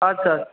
আচ্ছা